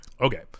Okay